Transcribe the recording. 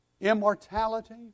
immortality